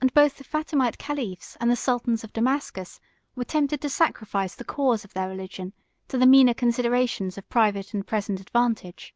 and both the fatimite caliphs and the sultans of damascus were tempted to sacrifice the cause of their religion to the meaner considerations of private and present advantage.